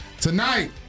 Tonight